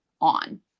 on